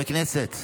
הכנסת,